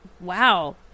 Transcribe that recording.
wow